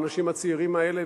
האנשים הצעירים האלה,